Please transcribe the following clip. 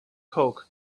coke